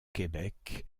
québec